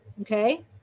okay